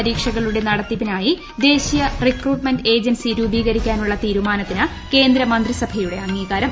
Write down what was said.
പരീക്ഷകളുടെ നടത്തിപ്പിനായി ദേശീയ റിക്രൂട്ട്മെന്റ് ഏജൻസി രൂപീകരിക്കാനുള്ള തീരുമാനത്തിന് കേന്ദ്രമന്ത്രിസഭയുടെ അംഗീകാരം